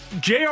JR